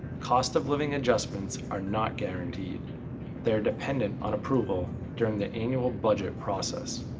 cost-of-living adjustments are not guaranteed they're dependent on approval during the annual budget process.